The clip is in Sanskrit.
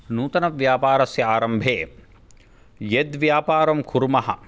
नूतनव्यापारस्य आरम्भे यद्व्यापारं कुर्मः